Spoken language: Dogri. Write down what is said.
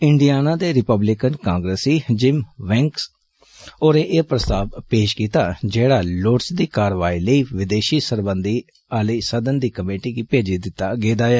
इंडियाना दे रिपव्लिक्न कांग्रेसी जिम वैंकंस होरें एह् प्रस्ताव पेष कीता ते जेड़ा लोड़दी कारवाई लेई विदेषी सरबंधें आली सदन दी कमेटी गी भेजी दिता गेदा ऐ